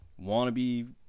wannabe